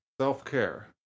self-care